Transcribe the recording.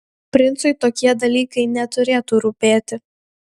princui tokie dalykai neturėtų rūpėti